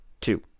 two